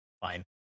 fine